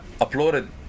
uploaded